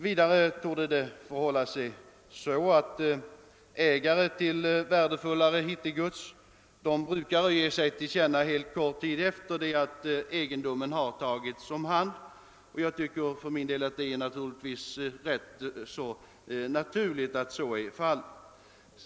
Vidare förhåller det sig så, att är det värdefullare hittegods brukar ägaren ge sig till känna kort tid efter det att egendomen tagits om hand. Det är rätt naturligt att så är fallet.